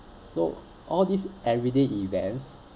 so all these everyday events